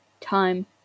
Time